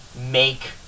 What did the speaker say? make